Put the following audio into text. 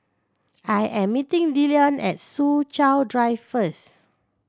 I am meeting Dillion at Soo Chow Drive first